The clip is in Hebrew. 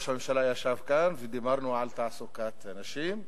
ראש הממשלה ישב כאן ודיברנו על תעסוקת נשים.